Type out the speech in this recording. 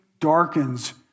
darkens